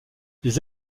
les